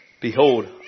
Behold